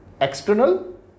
external